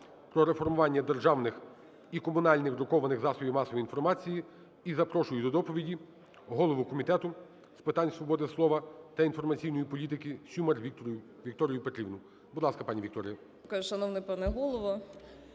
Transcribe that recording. "Про реформування державних і комунальних друкованих засобів масової інформації". І запрошую до доповіді голову Комітету з питань свободи слова та інформаційної політики Сюмар Вікторію Петрівну. Будь ласка, пані Вікторія.